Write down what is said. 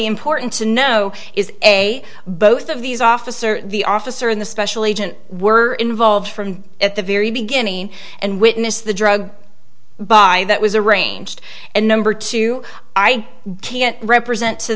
important to know is a both of these officers the officer in the special agent were involved from at the very beginning and witnessed the drug but i that was arranged and number two i can't represent to